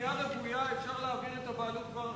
בנייה רוויה אפשר להעביר את הבעלות כבר עכשיו,